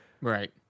Right